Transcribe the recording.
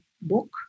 book